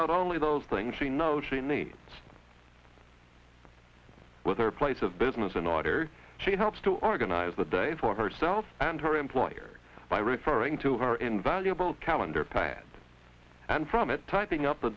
out only those things we know she needs with their place of business in order she helps to organize the day for herself and her employer by referring to her invaluable calendar pad and from it typing up a